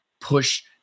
push